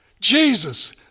Jesus